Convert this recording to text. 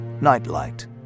Nightlight